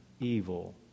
evil